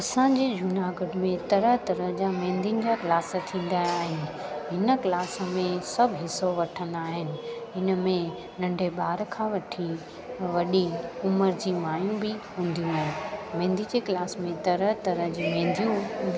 असांजे जूनागढ़ में तरह तरह जा मेंदियुनि जा क्लास थींदा आहिनि हिन क्लास में सभु हिसो वठंदा आहिनि हिन में नंढे ॿार खां वठी वॾी उमिरि जी मायूं बि हूंदियूं आहिनि मेंदीअ जे क्लास में तरह तरह जूं मेंदियूं